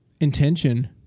Intention